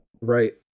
Right